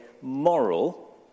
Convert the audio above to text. moral